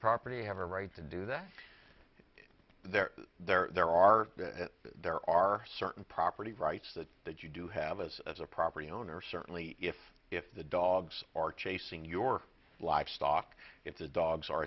property have a right to do that there there are there are certain property rights that that you do have as a property owner certainly if if the dogs are chasing your livestock if the dogs are